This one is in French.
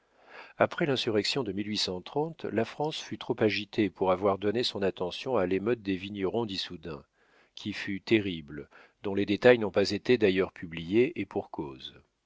après l'insurrection de la france fut trop agitée pour avoir donné son attention à l'émeute des vignerons d'issoudun qui fut terrible dont les détails n'ont pas été d'ailleurs publiés et pour cause